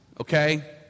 okay